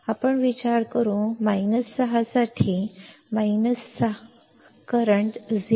आता आपण विचार करू 6 साठी 6 करंट 0